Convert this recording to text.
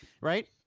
right